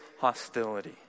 hostility